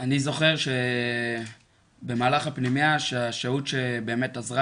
אני זוכר שבמהלך הפנימייה השהות שבאמת עזרה